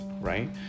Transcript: Right